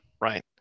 Right